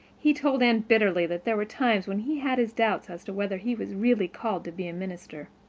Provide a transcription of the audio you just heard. he told anne bitterly that there were times when he had his doubts as to whether he was really called to be a minister.